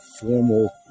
formal